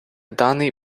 даний